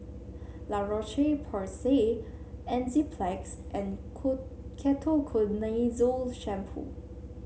La Roche Porsay Enzyplex and Ketoconazole Shampoo